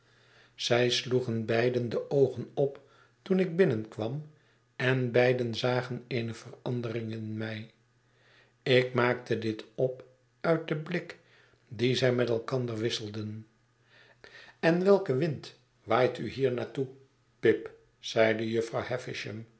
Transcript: zij sloegen beiden de oogen op toen ik binnenkwam en beiden zagen eene verandering in mij ik maakte dit op uit den blik dien zij met elkander wisselden en welke wind waait u hier naar toe pip zeide jufvrouw